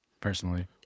personally